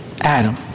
Adam